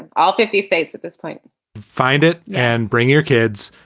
all fifty states at this point find it and bring your kids.